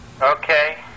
Okay